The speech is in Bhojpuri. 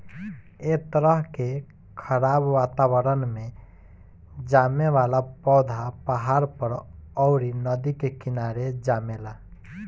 ए तरह के खराब वातावरण में जामे वाला पौधा पहाड़ पर, अउरी नदी के किनारे जामेला